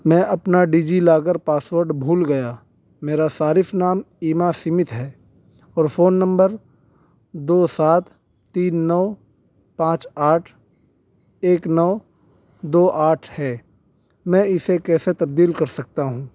میں اپنا DigiLocker password بھول گیا میرا صارف نام ایما سمتھ ہے اور فون نمبر دو سات تین نو پانچ آٹھ ایک نو دو آٹھ ہے میں اسے کیسے تبدیل کر سکتا ہوں